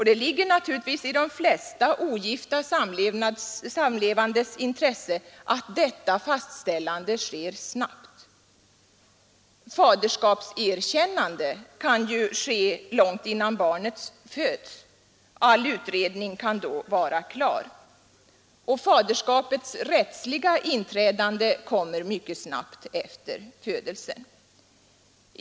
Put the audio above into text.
Det ligger givetvis i de flesta ogifta samlevandes intresse att detta fastställande sker snabbt. Faderskapserkännande kan ju göras långt innan barnet föds. All utredning kan då vara klar, och faderskapets rättsliga inträdande kommer mycket snabbt efter födelsen.